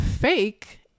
fake